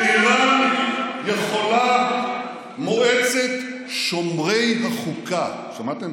בשבילי, באיראן יכולה מועצת שומרי החוקה, שמעתם?